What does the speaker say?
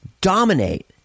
dominate